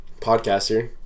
podcaster